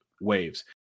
waves